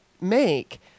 make